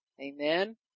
amen